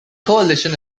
coalition